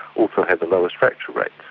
also had the lowest fracture rates.